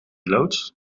loods